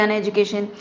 education